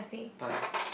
by